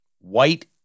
white